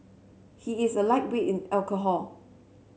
he is a lightweight in alcohol